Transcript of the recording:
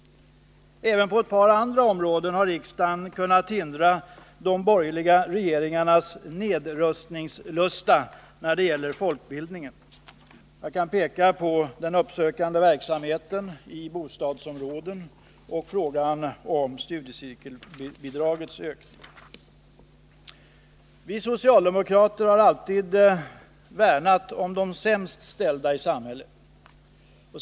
Även på ett par andra områden har riksdagen kunnat hindra de borgerliga regeringarnas nedrustningslust vad det gäller folkbildningen. Jag kan peka på den uppsökande verksamheten i bostadsområden och frågan om studiecirkelbidragets ökning. Vi socialdemokrater har alltid värnat om de sämst ställda i samhället.